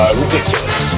ridiculous